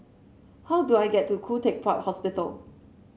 how do I get to Khoo Teck Puat Hospital